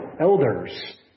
elders